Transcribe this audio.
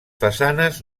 façanes